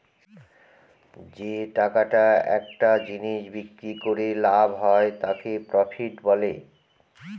যে টাকাটা একটা জিনিস বিক্রি করে লাভ হয় তাকে প্রফিট বলে